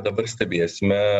dabar stebėsime